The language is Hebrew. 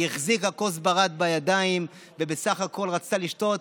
היא החזיקה כוס ברד בידיים ובסך הכול רצתה לשתות,